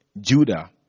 Judah